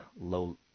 low